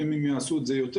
אם הם יעשו את זה יותר,